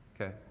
Okay